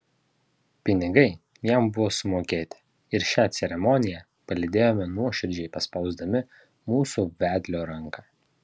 pinigai jam buvo sumokėti ir šią ceremoniją palydėjome nuoširdžiai paspausdami mūsų vedlio ranką